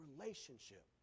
relationship